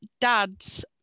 dad's